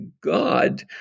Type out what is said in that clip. God